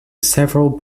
several